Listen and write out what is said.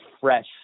fresh